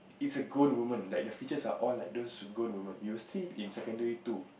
it's a grown woman like the features are all like those girl woman you'll see in secondary two